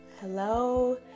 Hello